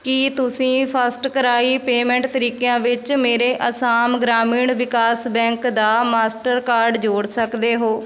ਕੀ ਤੁਸੀਂਂ FirstCry payment ਤਰੀਕਿਆਂ ਵਿੱਚ ਮੇਰੇ ਅਸਾਮ ਗ੍ਰਾਮੀਣ ਵਿਕਾਸ ਬੈਂਕ ਦਾ ਮਾਸਟਰ ਕਾਰਡ ਜੋੜ ਸਕਦੇ ਹੋ